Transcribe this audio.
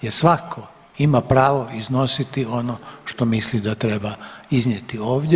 Jer svatko ima pravo iznositi ono što misli da treba iznijeti ovdje.